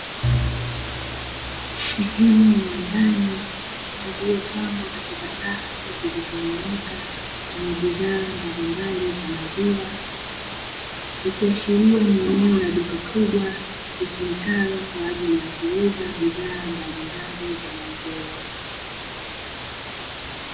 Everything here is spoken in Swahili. Sehemu ya ndani iliyopangwa katika safu zilizonyooka zenye bidhaa mbalimbali za maziwa, ikiashiria ni eneo la duka kubwa litumikalo kwa ajili ya kuuza bidhaa mbalimbali za maziwa.